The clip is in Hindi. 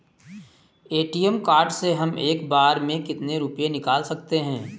ए.टी.एम कार्ड से हम एक बार में कितने रुपये निकाल सकते हैं?